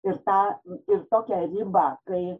ir tą ir tokią ribą kai